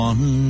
One